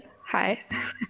Hi